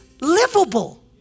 livable